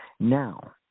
Now